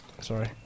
Sorry